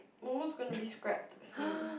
Momo is gonna be scrapped soon